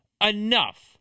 Enough